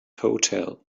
hotel